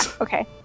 Okay